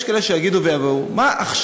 יש כאלה שיגידו: מה,